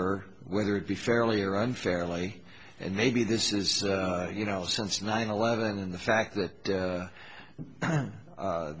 moniker whether it be fairly or unfairly and maybe this is you know since nine eleven and the fact that